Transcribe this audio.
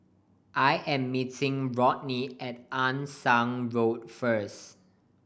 I am meeting Rodney at Ann Siang Road first